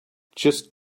just